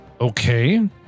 Okay